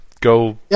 go